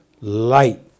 light